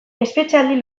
espetxealdi